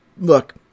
look